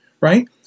Right